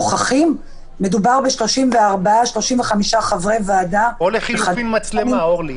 מדובר ב-35 חברי ועדה --- או לחילופין להציב מצלמה.